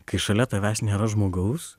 kai šalia tavęs nėra žmogaus